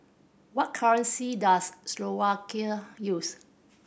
what currency does Slovakia use